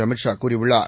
அமித் ஷா கூறியுள்ளார்